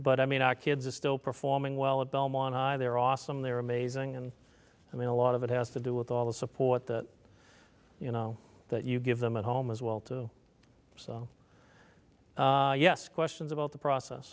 but i mean our kids are still performing well at belmont high they're awesome they're amazing and i mean a lot of it has to do with all the support that you know that you give them at home as well too so yes questions about the process